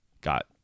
got